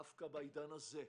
דווקא בעידן הזה,